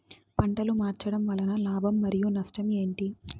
పంటలు మార్చడం వలన లాభం మరియు నష్టం ఏంటి